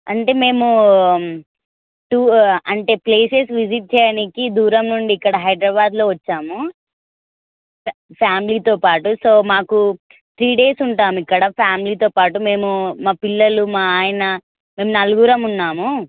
అంటే మేము టూ అంటే ప్లేసెస్ విసిట్ చేయడానికి దూరం నుండి ఇక్కడ హైదరాబాద్లో వచ్చాము ఫ్యా ఫ్యామిలీతో పాటు సో మాకు త్రీ డేస్ ఉంటాం ఇక్కడ ఫ్యామిలీతో పాటు మేము మా పిల్లలు మా ఆయన మేము నలుగురు ఉన్నాం